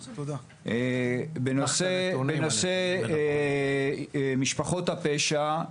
א׳ - בנושא מיטוט משפחות הפשע: